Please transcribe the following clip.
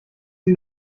die